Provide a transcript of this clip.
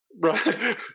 Right